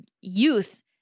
youth